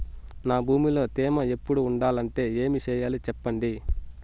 నా భూమిలో తేమ ఎప్పుడు ఉండాలంటే ఏమి సెయ్యాలి చెప్పండి?